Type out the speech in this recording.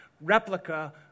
replica